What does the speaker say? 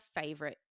favorite